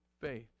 faith